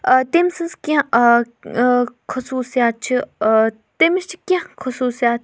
تٔمۍ سٕنٛز کینٛہہ خصوٗصیات چھِ تٔمِس چھِ کینٛہہ خصوٗصیات